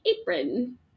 apron